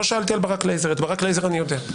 את ברק לייזר אני יודע.